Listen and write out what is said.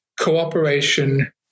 cooperation